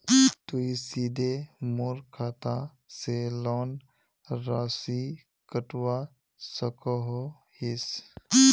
तुई सीधे मोर खाता से लोन राशि कटवा सकोहो हिस?